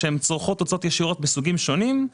שצורכות הוצאות ישירות בסוגים שונים.